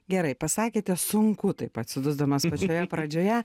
gerai pasakėte sunku taip atsidusdamas pačioje pradžioje